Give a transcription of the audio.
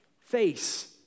face